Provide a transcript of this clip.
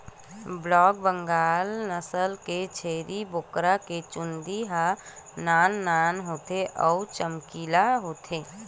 black Bengal नसल के छेरी बोकरा के चूंदी ह नान नान होथे अउ चमकीला होथे